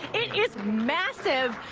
it is massive.